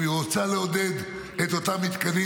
אם היא רוצה לעודד את אותם מתקנים,